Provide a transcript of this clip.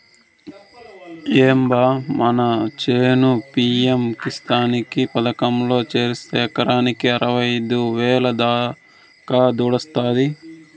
ఏం బా మన చేను పి.యం కిసాన్ పథకంలో చేరిస్తే ఎకరాకి అరవైఐదు వేల దాకా దుడ్డొస్తాది